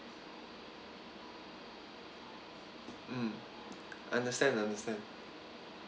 mm understand understand